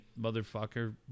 motherfucker